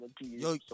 Yo